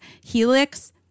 Helix